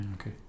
okay